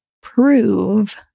prove